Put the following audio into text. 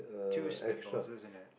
two spitballs isn't it